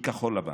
מכחול לבן,